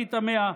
אני תמה,